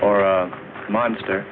or a monster